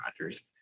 Rodgers